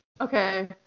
okay